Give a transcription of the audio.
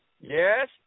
Yes